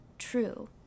true